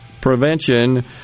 Prevention